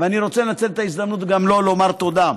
ואני רוצה לנצל את ההזדמנות גם לו לומר תודה.